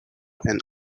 and